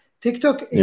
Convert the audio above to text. TikTok